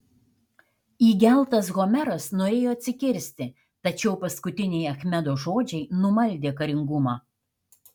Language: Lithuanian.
įgeltas homeras norėjo atsikirsti tačiau paskutiniai achmedo žodžiai numaldė karingumą